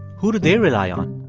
who do they rely on?